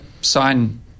sign